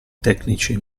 tecnici